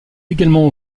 également